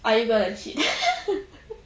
are you gonna cheat